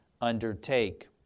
undertake